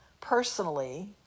personally